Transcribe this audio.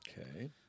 Okay